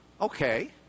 okay